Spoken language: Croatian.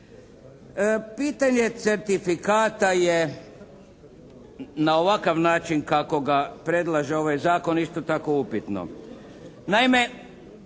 Pitanje certifikata je na ovakav način kako ga predlaže ovaj zakon isto tako upitno.